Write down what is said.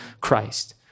Christ